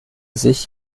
sich